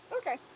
Okay